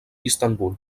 istanbul